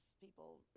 people